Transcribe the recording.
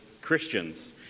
Christians